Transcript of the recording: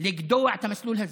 לגדוע את המסלול הזה?